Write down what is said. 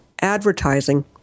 advertising